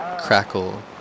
crackle